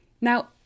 Now